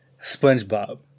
SpongeBob